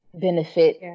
benefit